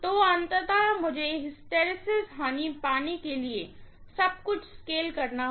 तो अंततः मुझे हिस्टैरिसीस हानि पाने के लिए सब कुछ स्केल करना होगा